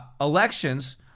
Elections